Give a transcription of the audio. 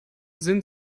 sind